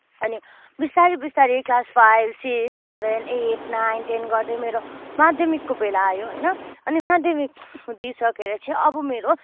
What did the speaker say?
अनि बिस्तरी बिस्तारी class five six seven eight nine ten गर्दै मेरो माध्यमिकको बेला आयो होइन अनि माध्यमिक दिइसकेर चाहिँ अब मेरो